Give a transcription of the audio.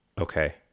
Okay